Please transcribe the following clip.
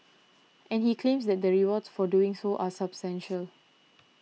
and he claims that the rewards for doing so are substantial